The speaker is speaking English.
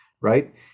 right